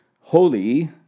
holy